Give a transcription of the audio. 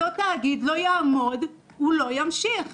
אותו תאגיד לא יעמוד הוא לא ימשיך,